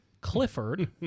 Clifford